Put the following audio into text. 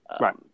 Right